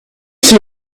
see